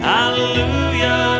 Hallelujah